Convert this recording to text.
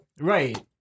Right